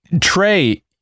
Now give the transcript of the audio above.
Trey